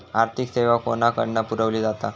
आर्थिक सेवा कोणाकडन पुरविली जाता?